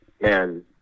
man